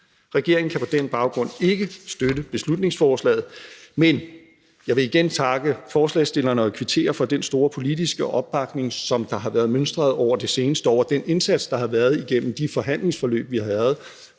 Regeringen kan på den baggrund ikke støtte beslutningsforslaget, men jeg vil igen takke forslagsstillerne og kvittere for den store politiske opbakning, som der har været mønstret over de seneste år, og den indsats, der har været igennem de forhandlingsforløb, vi har haft,